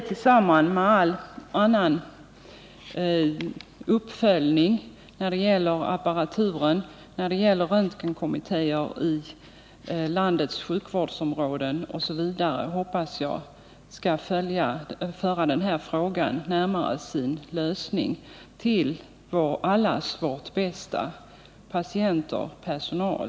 Tillsammans med all annan uppföljning när det gäller apparatur, röntgenkommittéer i landets sjukvårdsområden osv. hoppas jag att detta skall föra den här frågan närmare dess lösning till allas vårt bästa — såväl för patienter som för personal.